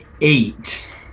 eight